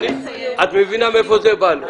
את מבינה מאיפה זה בא לו.